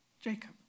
Jacob